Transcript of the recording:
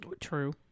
true